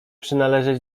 przynależeć